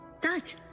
Dad